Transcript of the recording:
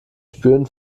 spüren